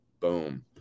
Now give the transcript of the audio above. Boom